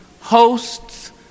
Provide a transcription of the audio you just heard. Hosts